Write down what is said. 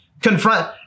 confront